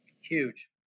Huge